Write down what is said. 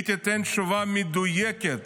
היא תיתן תשובה מדויקת